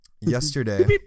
Yesterday